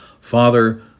Father